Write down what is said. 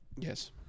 yes